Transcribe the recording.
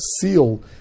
seal